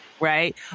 Right